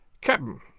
Captain